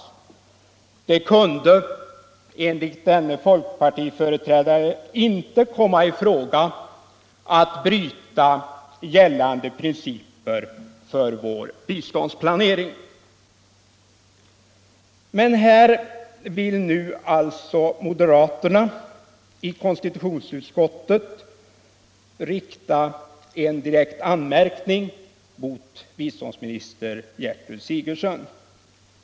Det kunde enligt denne folkpartiföreträdare inte komma i fråga att bryta gällande principer för vår biståndsplanering. Men här vill nu alltså moderaterna i konstitutionsutskottet rikta en direkt anmärkning mot biståndsminister Gertrud Sigurdsen.